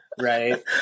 right